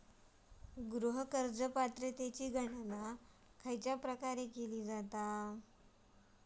गृह कर्ज पात्रतेची गणना खयच्या प्रकारे केली जाते?